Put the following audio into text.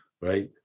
right